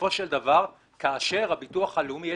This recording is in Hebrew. כאשר יש